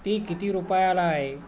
ती किती रुपायाला आहे